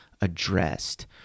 addressed